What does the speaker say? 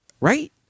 Right